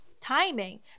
timing